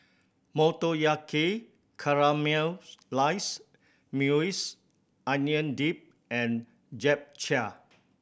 Motoyaki Caramelized Maui Onion Dip and Japchae